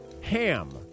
ham